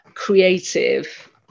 creative